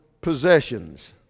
possessions